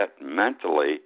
mentally